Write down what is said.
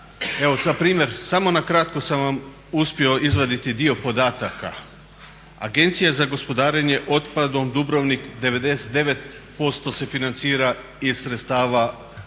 evo za primjer samo na kratko sam vam uspio izvaditi dio podataka. Agencija za gospodarenje otpadom Dubrovnik 99% se financira iz sredstava